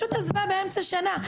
פשוט עזבה באמצע שנה,